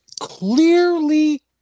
clearly